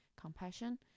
compassion